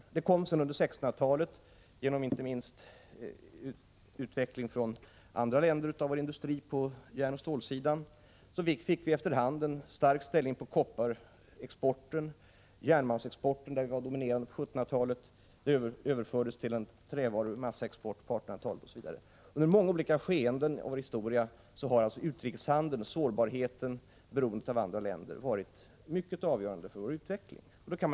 Sedan under 1600-talet, inte minst med hjälp av rönen från utvecklingen i andra länder, utvecklades vår industri på järnoch stålsidan, och vi fick efter hand en stark ställning i fråga om kopparexporten, och järnmalmsexporten — som dominerade på 1700-talet — överfördes till trävaruexport på 1800-talet osv. Under många olika skeden i vår historia har alltså utrikeshandeln och sårbarheten på grund av beroendet av andra länder varit mycket avgörande för vår utveckling.